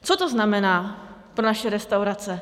Co to znamená pro naše restaurace?